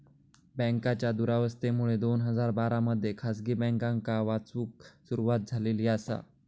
बँकांच्या दुरावस्थेमुळे दोन हजार बारा मध्ये खासगी बँकांका वाचवूक सुरवात झालेली आसा